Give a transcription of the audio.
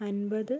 അൻപത്